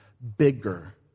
bigger